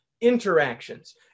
interactions